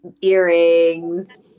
earrings